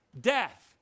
death